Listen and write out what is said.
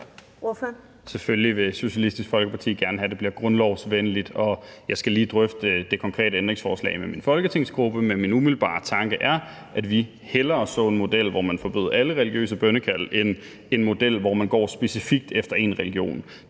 Selvfølgelig vil Socialistisk Folkeparti gerne have, at det bliver grundlovsvenligt. Og jeg skal lige drøfte det konkrete ændringsforslag med min folketingsgruppe, men min umiddelbare tanke er, at vi hellere så en model, hvor man forbød alle religiøse bønnekald, end en model, hvor man går specifikt efter én region.